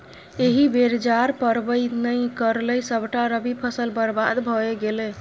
एहि बेर जाड़ पड़बै नै करलै सभटा रबी फसल बरबाद भए गेलै